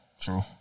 True